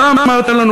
אתה אמרת לנו,